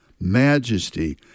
majesty